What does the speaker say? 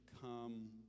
come